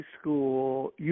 school